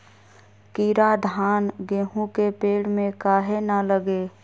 कीरा धान, गेहूं के पेड़ में काहे न लगे?